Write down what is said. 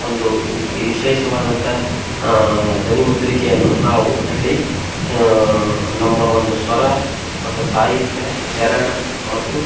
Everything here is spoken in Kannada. ಒಂದು ವಿತ್ ವಿಶೇಷವಾದಂಥ ಧ್ವನಿಮುದ್ರಿಕೆಯನ್ನು ನಾವು ಅಲ್ಲಿ ನಮ್ಮ ಒಂದು ಸ್ವರ ಮತ್ತು ಸಾಹಿತ್ಯ ಚರಣ ಮತ್ತು